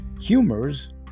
humors